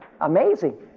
Amazing